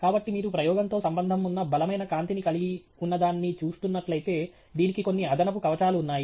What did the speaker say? కాబట్టి మీరు ప్రయోగంతో సంబంధం ఉన్న బలమైన కాంతిని కలిగి ఉన్నదాన్ని చూస్తున్నట్లయితే దీనికి కొన్ని అదనపు కవచాలు ఉన్నాయి